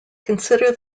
consider